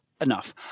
enough